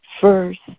first